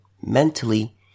mentally